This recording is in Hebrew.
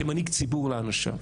כמנהיג ציבור לאנשיו.